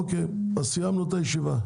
אוקיי, אז סיימנו את הישיבה.